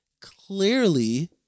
Clearly